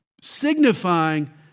signifying